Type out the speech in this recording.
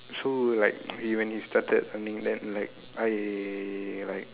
so like when he when he started running then like I like